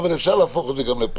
אבל אפשר להפוך את זה גם לפרקטיקה,